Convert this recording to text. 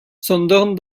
sondern